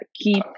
keep